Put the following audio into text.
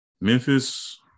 Memphis